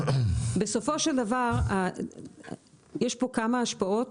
בסופו של דבר יש כאן כמה השפעות,